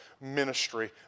ministry